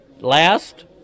Last